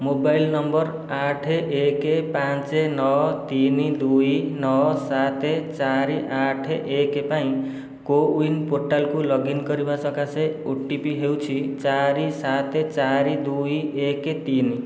mobile number ଆଠ ଏକ ପାଞ୍ଚ ନଅ ତିନି ଦୁଇ ନଅ ସାତ ଚାରି ଆଠ ଏକ ପାଇଁ କୋୱିନ୍ ପୋର୍ଟାଲକୁ ଲଗ୍ ଇନ୍ କରିବା ସକାଶେ ଓ ଟି ପି ହେଉଛି ଚାରି ସାତ ଚାରି ଦୁଇ ଏକ ତିନି